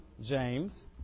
James